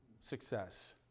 success